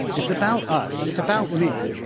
it's about us. it's about me.